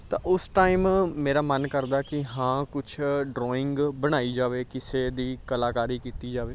ਤਾਂ ਉਸ ਟਾਈਮ ਮੇਰਾ ਮਨ ਕਰਦਾ ਕਿ ਹਾਂ ਕੁਛ ਡਰੋਇੰਗ ਬਣਾਈ ਜਾਵੇ ਕਿਸੇ ਦੀ ਕਲਾਕਾਰੀ ਕੀਤੀ ਜਾਵੇ